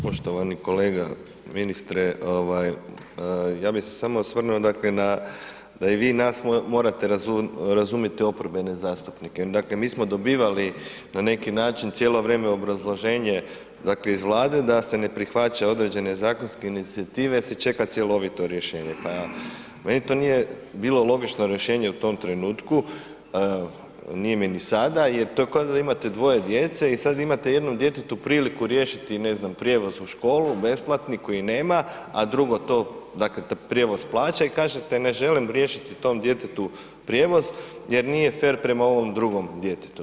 Poštovani kolega ministre ovaj ja bih se samo osvrnuo dakle na da i vi nas morate razumjeti oporbene zastupnike, dakle mi smo dobivali na neki način cijelo vrijeme obrazloženje dakle iz Vlade da se ne prihvaća određene zakonske inicijative jer se čeka cjelovito rješenje, pa meni to nije bilo logično rješenje u tom trenutku, nije mi ni sada jer to je kao da imate dvoje djece i sad imate jednom djetetu priliku riješiti ne znam prijevoz u školu besplatni koji nema, a drugo to prijevoz plaća i kažete ne želim riješiti tom djetetu prijevoz jer nije fer prema ovom drugom djetetu.